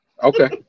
Okay